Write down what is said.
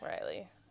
Riley